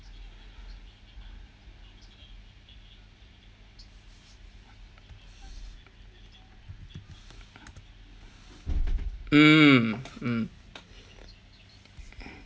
mm mm